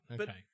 okay